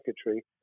secretary